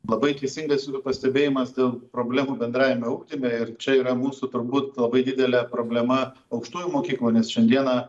labai teisingas pastebėjimas dėl problemų bendrajame ugdyme ir čia yra mūsų turbūt labai didelė problema aukštųjų mokyklų nes šiandieną